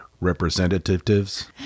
representatives